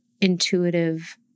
intuitive